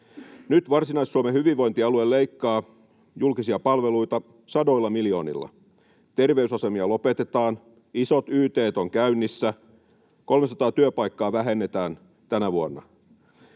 Nyt Varsinais-Suomen hyvinvointialue leikkaa julkisia palveluita sadoilla miljoonilla. Terveysasemia lopetetaan, isot yt:t on käynnissä, 300 työpaikkaa vähennetään tänä vuonna.